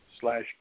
slash